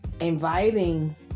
inviting